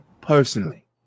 personally